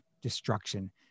destruction